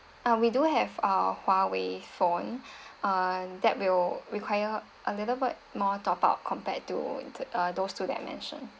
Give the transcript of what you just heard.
ah we do have uh huawei phone uh that will require a little bit more top up compared to th~ uh those two that I mentioned